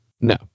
No